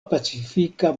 pacifika